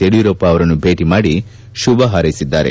ಯಡಿಯೂರಪ್ಪ ಅವರನ್ನು ಭೇಟಿ ಮಾಡಿ ಶುಭ ಹಾರ್ೈಸಿದ್ದಾರೆ